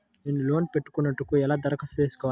నేను లోన్ పెట్టుకొనుటకు ఎలా దరఖాస్తు చేసుకోవాలి?